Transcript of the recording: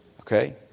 Okay